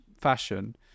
fashion